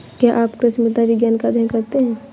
क्या आप कृषि मृदा विज्ञान का अध्ययन करते हैं?